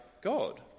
God